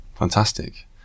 Fantastic